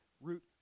root